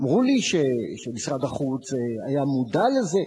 אמרו לי שמשרד החוץ היה מודע לזה.